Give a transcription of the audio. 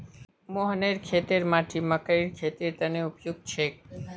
मोहनेर खेतेर माटी मकइर खेतीर तने उपयुक्त छेक